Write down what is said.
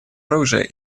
оружия